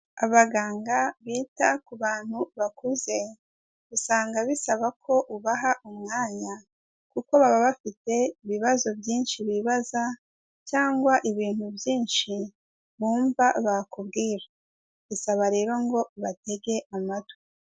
Abaganga bita ku bantu bakuze, usanga bisaba ko ubaha umwanya kuko baba bafite ibibazo byinshi bibaza cyangwa ibintu byinshi bumva bakubwira, bisaba rero ngo ubatege amatwi.